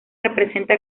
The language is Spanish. representa